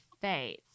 faith